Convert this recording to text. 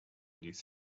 this